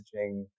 messaging